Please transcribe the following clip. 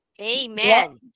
Amen